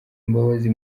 mbabazi